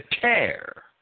tear